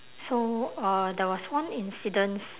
so uh there was one incidents